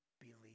believe